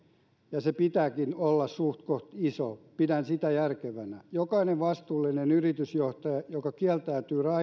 ja sen pitääkin olla suhtkoht iso pidän sitä järkevänä jokainen vastuullinen yritysjohtaja kieltäytyy